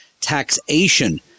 taxation